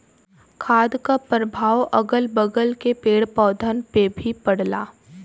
खाद क परभाव अगल बगल के पेड़ पौधन पे भी पड़ला